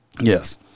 Yes